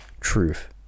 truth